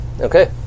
Okay